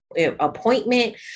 appointment